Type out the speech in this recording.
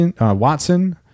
Watson